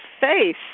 face